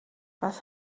was